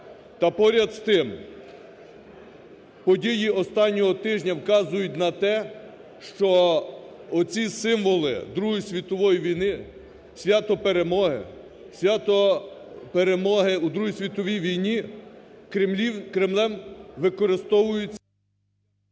Та поряд з тим події останнього тижня вказують на те, що оці символи Другої світової війни, свято Перемоги, свято Перемоги у Другій світовій війні Кремлем використовується…